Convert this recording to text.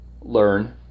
learn